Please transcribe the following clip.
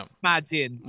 imagine